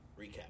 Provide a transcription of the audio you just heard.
recap